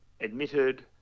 admitted